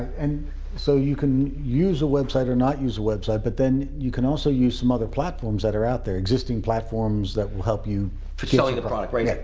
and so you can use a website or not use a website but then you can also use some other platforms that are out there, existing platforms that will help you for selling the product, right.